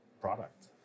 product